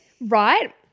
right